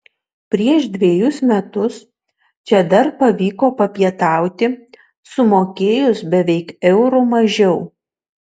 prieš dvejus metus čia dar pavyko papietauti sumokėjus beveik euru mažiau